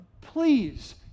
please